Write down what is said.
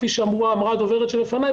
כפי שאמרה הדוברת לפניי,